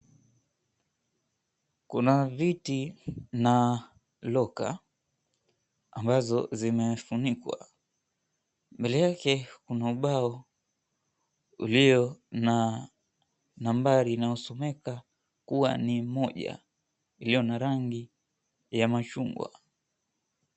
Kuna viti na loka ambazo zimefunikwa, mbele yake kuna ubao ulio na nambari inayosomeka kuwa ni moja, iliyo na rangi ya machungwa.